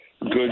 good